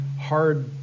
hard